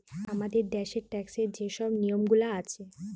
আমাদের দ্যাশের ট্যাক্সের যে শব নিয়মগুলা আছে